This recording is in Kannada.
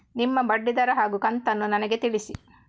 ನಿಮ್ಮ ಬಡ್ಡಿದರ ಹಾಗೂ ಕಂತನ್ನು ನನಗೆ ತಿಳಿಸಿ?